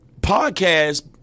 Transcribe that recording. podcast